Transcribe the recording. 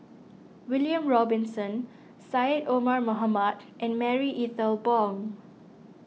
William Robinson Syed Omar Mohamed and Marie Ethel Bong